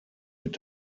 mit